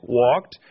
walked